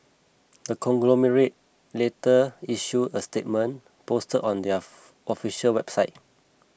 the conglomerate later issued a statement posted on their official website